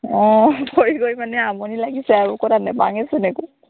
অঁ কৰি কৰি মানে আমনি লাগিছে আৰু ক'ত আৰু নাপাওৱেচোন একো